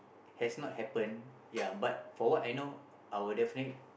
has not happen ya but for what I know I will definitely